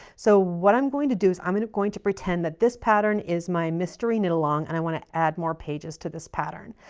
so, what i'm going to do is i'm going going to pretend that this pattern is my mystery knit-along and i want to add more pages to this pattern.